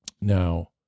Now